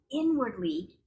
inwardly